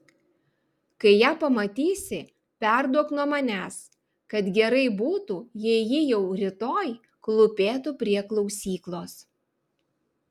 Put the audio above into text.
kai ją pamatysi perduok nuo manęs kad gerai būtų jei ji jau rytoj klūpėtų prie klausyklos